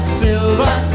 silver